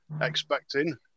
expecting